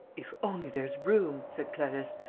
if only there's room! said clarisse,